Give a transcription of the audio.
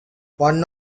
one